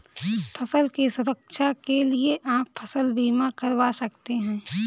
फसल की सुरक्षा के लिए आप फसल बीमा करवा सकते है